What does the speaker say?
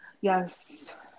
Yes